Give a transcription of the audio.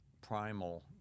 primal